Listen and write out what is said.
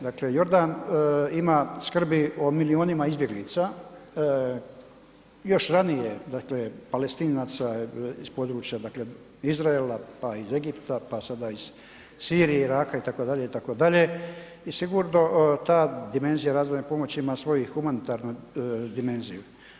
Dakle Jordan ima skrbi o milionima izbjeglica još ranije dakle Palestinaca s područja Izraela, pa iz Egipta, pa sada iz Sirije, Iraka itd., itd., i sigurno ta dimenzija razvojne pomoći ima svoju i humanitarnu dimenziju.